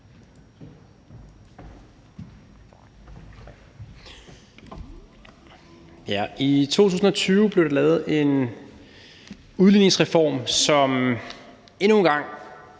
I 2020 blev der lavet en udligningsreform, som endnu en gang